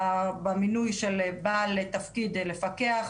במינוי של בעל תפקיד לפקח,